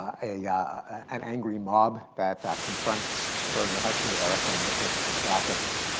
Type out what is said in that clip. ah yeah an angry mob that that confronts her and her husband, erika and nicholas christakis,